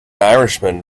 irishman